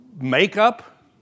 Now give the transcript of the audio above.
makeup